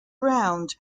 round